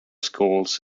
schools